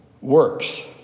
works